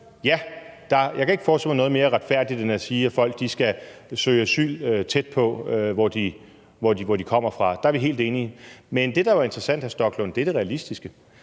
ja, jeg kan ikke forestille mig noget mere retfærdigt end at sige, at folk skal søge asyl tæt på, hvor de kommer fra. Der er vi helt enige i. Men det, der jo er interessant, hr. Stoklund, er det realistiske.